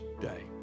day